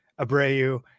Abreu